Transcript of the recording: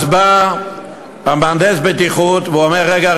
בא מהנדס הבטיחות ואומר: רגע,